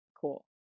cool